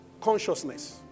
Consciousness